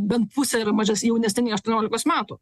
bent pusė yra mažes jaunesni nei aštuoniolikos metų